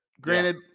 Granted